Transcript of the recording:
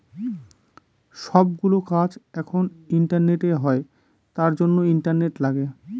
সব গুলো কাজ এখন ইন্টারনেটে হয় তার জন্য ইন্টারনেট লাগে